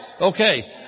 Okay